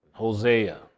Hosea